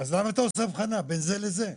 למה אתה עושה הבחנה בין זה לזה?